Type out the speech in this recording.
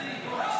לא,